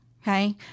Okay